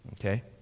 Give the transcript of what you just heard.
okay